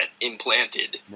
implanted